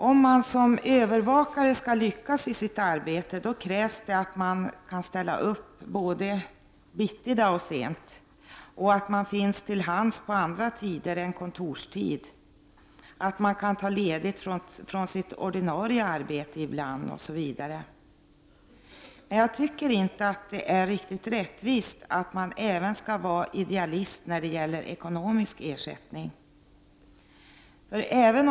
Om man som övervakare skall lyckas i sitt arbete krävs det att man kan ställa upp både bittida och sent, att man finns till hands på andra tider än kontorstid, att man kan ta ledigt från sitt ordinarie arbete ibland osv. Men jag tycker inte att det är riktigt rättvist att man även skall vara idealist när det gäller den ekonomiska ersättningen.